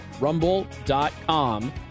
Rumble.com